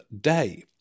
day